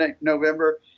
November